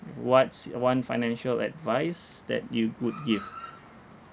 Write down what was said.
what's one financial advice that you would give